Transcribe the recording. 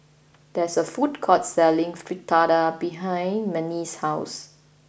there is a food court selling Fritada behind Manie's house